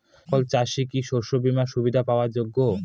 সকল চাষি কি শস্য বিমার সুবিধা পাওয়ার যোগ্য?